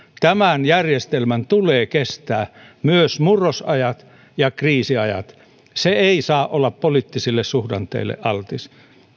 tämän järjestelmän tulee kestää myös murrosajat ja kriisiajat se ei saa olla poliittisille suhdanteille altis